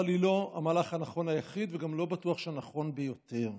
אבל היא לא המהלך הנכון היחיד וגם לא בטוח שהנכון ביותר.